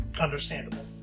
Understandable